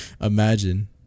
Imagine